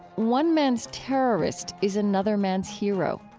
one man's terrorist is another man's hero.